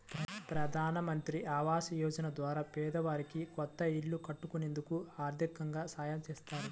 ప్రధానమంత్రి ఆవాస యోజన ద్వారా పేదవారికి కొత్త ఇల్లు కట్టుకునేందుకు ఆర్దికంగా సాయం చేత్తారు